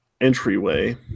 entryway